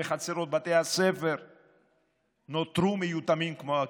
וחצרות בתי הספר נותרו מיותמות כמו הכיתות.